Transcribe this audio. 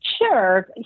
Sure